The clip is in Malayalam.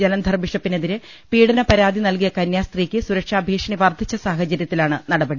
ജലന്ധർ ബിഷപ്പിനെതിരെ പീഡന പരാതി നൽകിയ കന്യാസ്ത്രീക്ക് സുരക്ഷാ ഭീഷണി വർദ്ധിച്ച സാഹ ചര്യത്തിലാണ് നടപടി